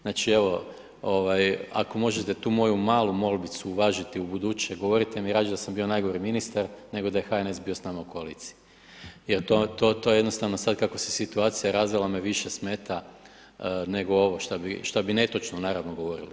Znači evo ako možete tu moju malu molbicu uvažiti ubuduće, govorite mi rađe da sam bio najgori ministar nego je HNS bio s nama u koaliciji jer to jednostavno sada kako se situacija razvila me više smeta nego ovo šta bi netočno naravno govorili.